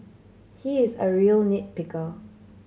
he is a real nit picker